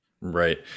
Right